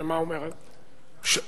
מה אומרת ההצעה?